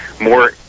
more